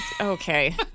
Okay